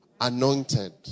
anointed